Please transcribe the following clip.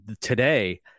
today